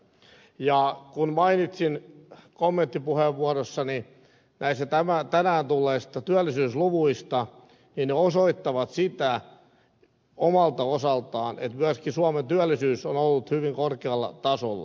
ja kun mainitsin kommenttipuheenvuorossani näistä tänään tulleista työllisyysluvuista niin ne osoittavat sitä omalta osaltaan että myöskin suomen työllisyys on ollut hyvin korkealla tasolla